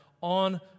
on